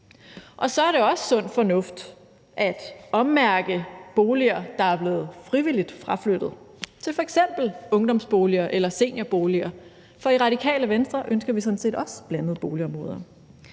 Så er det også sund fornuft at ommærke boliger, der er blevet frivilligt fraflyttet, til f.eks. ungdomsboliger eller seniorboliger, for i Radikale Venstre ønsker vi sådan set også blandede boligområder.